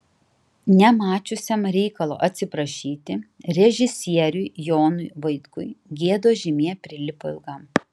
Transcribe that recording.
nemačiusiam reikalo atsiprašyti režisieriui jonui vaitkui gėdos žymė prilipo ilgam